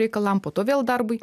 reikalam po to vėl darbui